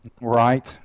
Right